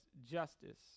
justice